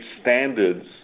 standards